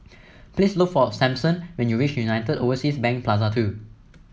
please look for Samson when you reach United Overseas Bank Plaza Two